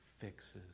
fixes